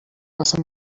اصلا